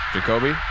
Jacoby